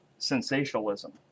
sensationalism